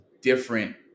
different